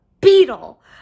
beetle